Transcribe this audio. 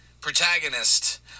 protagonist